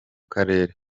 karere